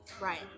Right